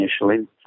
initially